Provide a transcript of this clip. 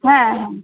হ্যাঁ হ্যাঁ